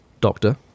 doctor